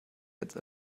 jetzt